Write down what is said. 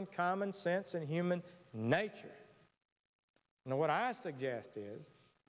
on common sense and human nature you know what i suggest is